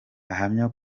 ahamya